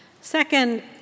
Second